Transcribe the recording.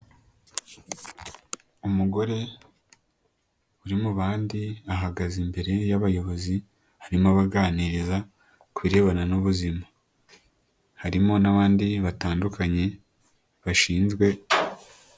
Umugore uri mu bandi, ahagaze imbere y'abayobozi harimo abaganiriza ku birebana n'ubuzima. Harimo n'abandi batandukanye bashinzwe....